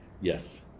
Yes